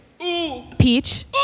peach